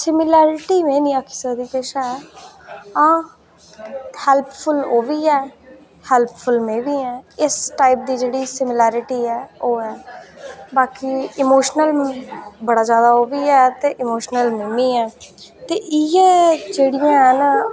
similarity में निं आखी सकदी किश है हां हैल्पफुल ओह् बी है हैल्पफुल में बी आं इस टाइप दी जेह्ड़ी सिमिलैरिटी ऐ ओह् ऐ बाकी इमोशनल बड़ा जैदा ओह् बी है ते इमोशनल में बी आं ते इ'यै जेह्ड़ियां हैन